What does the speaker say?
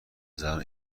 زنان